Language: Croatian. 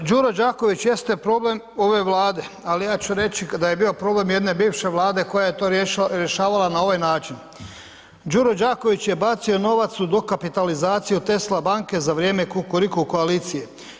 Poštovani, Đuro Đaković jeste problem ove Vlade, ali ja ću reći kada je bio problem jedne bivše Vlade koja je to rješavala na ovaj način, Đuro Đaković je bacio novac u dokapitalizaciju Tesla banke za vrijeme Kukuriku koalicije.